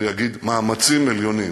אני אגיד: מאמצים עליונים,